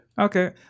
Okay